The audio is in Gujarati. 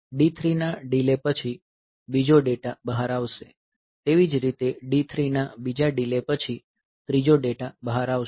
D3 ના ડીલે પછી બીજો ડેટા બહાર આવશે તેવી જ રીતે D3 ના બીજા ડીલે પછી ત્રીજો ડેટા બહાર આવશે